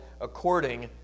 according